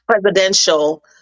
presidential